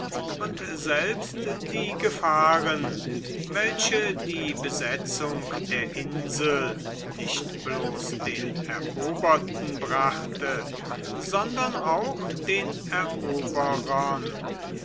und selbst die gefahren welche die besetzung der insel nicht bloß den eroberten brachte sondern auch den eroberern